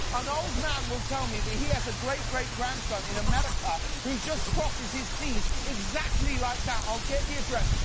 an old man will tell me that he has a great, great grandson in america who just crosses his t's exactly like that. i'll get the address,